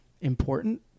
important